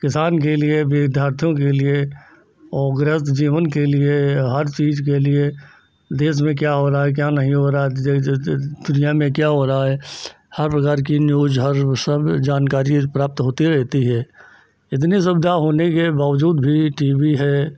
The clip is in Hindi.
किसान के लिए विद्यार्थियों के लिए और गृहस्थ जीवन के लिए हर चीज़ के लिए देश में क्या हो रहा है क्या नहीं हो रहा दुनिया में क्या हो रहा है हर प्रकार की न्यूज हर वह सब जानकारी प्राप्त होती रहती है इतनी सुविधा होने के बावजूद भी टी वी है